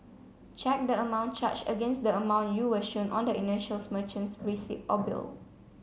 check the amount charged against the amount you were shown on the initials merchant's receipt or bill